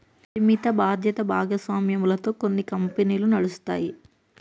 పరిమిత బాధ్యత భాగస్వామ్యాలతో కొన్ని కంపెనీలు నడుస్తాయి